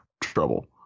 trouble